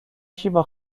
شیوا